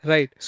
Right